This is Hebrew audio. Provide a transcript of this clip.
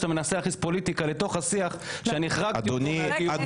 שאתה מנסה להכניס פוליטיקה לתוך השיח שהחרגתי אותו מהדיון,